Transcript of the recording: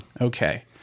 Okay